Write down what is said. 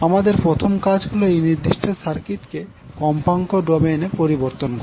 আমাদের প্রথম কাজ হলো এই নির্দিষ্ট সার্কিটকে কম্পাঙ্ক ডোমেইনে পরিবর্তন করা